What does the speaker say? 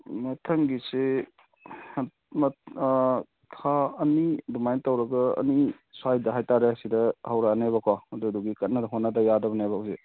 ꯃꯊꯪꯒꯤꯁꯦ ꯑꯥ ꯊꯥ ꯑꯅꯤ ꯑꯗꯨꯃꯥꯏꯅ ꯇꯧꯔꯒ ꯑꯅꯤ ꯁ꯭ꯋꯥꯏꯗ ꯍꯥꯏꯕꯇꯥꯔꯦ ꯁꯤꯗ ꯍꯧꯔꯅꯦꯕꯀꯣ ꯑꯗꯨꯗꯨꯒꯤ ꯀꯟꯅ ꯍꯣꯠꯅꯗꯕ ꯌꯥꯗꯕꯅꯦꯕ ꯍꯧꯖꯤꯛ